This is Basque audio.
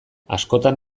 askotan